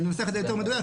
אנסח את זה יותר מדויק.